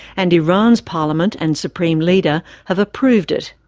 and iran's parliament and supreme leader have approved it.